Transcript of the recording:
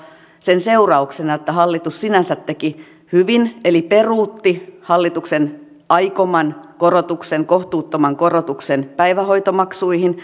sen seurauksena että hallitus sinänsä teki hyvin eli peruutti hallituksen aikoman korotuksen kohtuuttoman korotuksen päivähoitomaksuihin